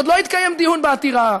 עוד לא התקיים דיון בעתירה,